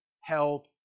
help